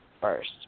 first